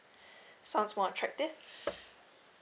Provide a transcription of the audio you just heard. sounds more attractive